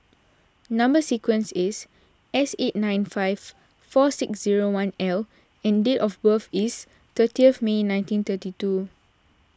Number Sequence is S eight nine five four six zero one L and date of birth is thirtieth May nineteen thirty two